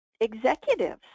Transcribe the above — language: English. Executives